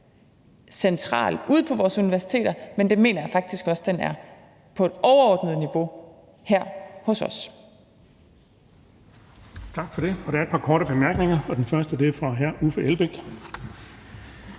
central ude på vores universiteter, men det mener jeg faktisk også den er på et overordnet niveau her hos os.